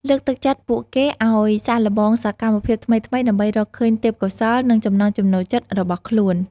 លើកទឹកចិត្តពួកគេឲ្យសាកល្បងសកម្មភាពថ្មីៗ ដើម្បីរកឃើញទេពកោសល្យ និងចំណង់ចំណូលចិត្តរបស់ខ្លួន។